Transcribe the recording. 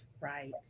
Right